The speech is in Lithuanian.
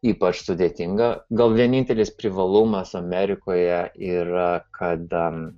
ypač sudėtinga gal vienintelis privalumas amerikoje yra kad